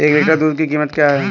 एक लीटर दूध की कीमत क्या है?